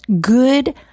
good